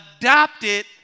adopted